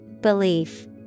Belief